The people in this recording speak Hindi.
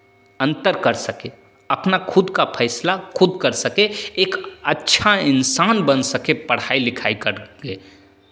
अंतर कर सकें अपना खुद का फैसला खुद कर सकें एक अच्छा इंसान बन सकें पढ़ाई लिखाई कर के